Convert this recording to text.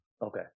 Okay